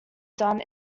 done